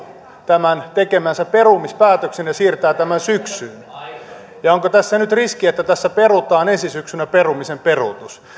tämän tekemänsä perumispäätöksen ja siirtää tämän syksyyn onko tässä nyt riski että tässä perutaan ensi syksynä perumisen peruutus